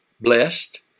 blessed